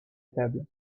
table